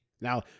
Now